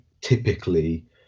typically